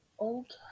Okay